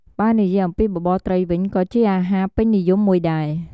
បើនិយាយអំពីបបរត្រីវិញ ក៏ជាអាហារពេញនិយមមួយដែរ។